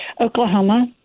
oklahoma